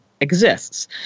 exists